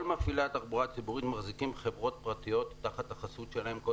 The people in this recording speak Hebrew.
כל מפעילי התחבורה הציבורית מחזיקים חברות פרטיות תחת החסות שלהם.